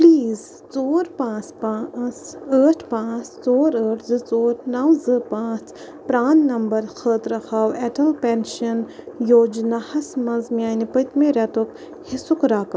please ژور پانٛژھ پانٛژھ ٲٹھ پٲنٛژھ ژور ٲٹھ زٕ ژور نَو زٕ پانٛژھ پران نمبر خٲطرٕ ہاو اَٹل پٮ۪نشن یوجناہَس مَنٛز میٛانہِ پٔتۍمہِ رٮ۪تٕک حِصُک رقم